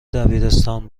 دبیرستان